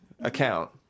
account